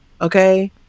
Okay